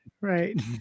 Right